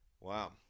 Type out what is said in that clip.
Wow